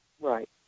Right